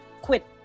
quit